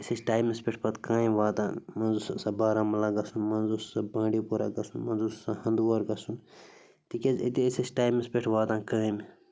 أسۍ ٲسۍ ٹایِمَس پٮ۪ٹھ پَتہٕ کامہِ واتان منٛزٕ اوس آسان بارہمولہ گَژھُن منٛزٕ اوس آسان بانڈی پورا گژھُن منٛزٕ اوس آسان ہنٛدٕوور گژھُن تِکیٛازِ أتی ٲسۍ أسۍ ٹایِمَس پٮ۪ٹھ واتان کامہِ